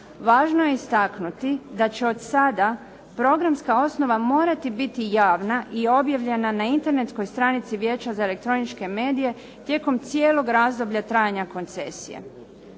Važno je istaknuti da će od sada programska osnova morati biti javna i objavljena na internetskoj stranici Vijeća za elektroničke medije tijekom cijelog razdoblja trajanja koncesije.